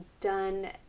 done